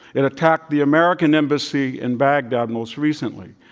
it attacked the american embassy in baghdad most recently.